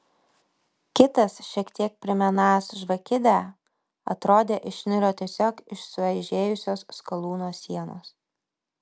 kitas šiek tiek primenąs žvakidę atrodė išniro tiesiog iš sueižėjusios skalūno sienos